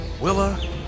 Willa